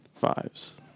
fives